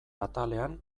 atalean